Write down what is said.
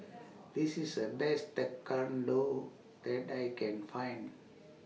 This IS The Best Tekkadon that I Can Find